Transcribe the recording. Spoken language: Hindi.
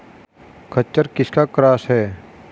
खच्चर किसका क्रास है?